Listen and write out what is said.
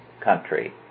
country